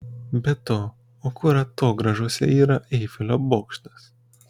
be to o kur atogrąžose yra eifelio bokštas